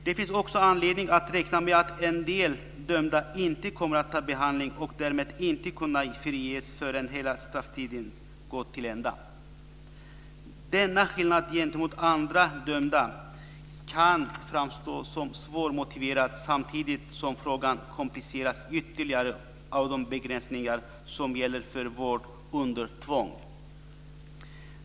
Det finns också anledning att räkna med att en del dömda inte kommer att ta behandling och därmed inte kommer att kunna friges förrän hela strafftiden gått till ända. Denna skillnad gentemot andra dömda kan framstå som svårmotiverad samtidigt som frågan kompliceras ytterligare av de begränsningar som gäller för vård under tvång.